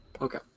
Okay